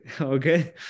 okay